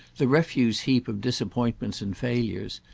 the refuse-heap of disappointments and failures,